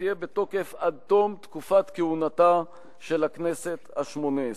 תהיה עד תום תקופת כהונתה של הכנסת השמונה-עשרה.